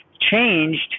changed